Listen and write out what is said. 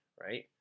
right